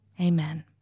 Amen